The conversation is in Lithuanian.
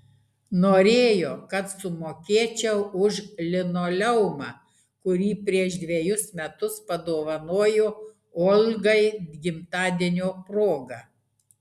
norėjo kad sumokėčiau už linoleumą kurį prieš dvejus metus padovanojo olgai gimtadienio proga